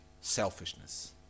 Selfishness